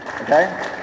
Okay